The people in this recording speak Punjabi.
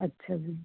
ਅੱਛਾ ਜੀ